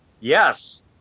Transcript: Yes